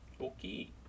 Okay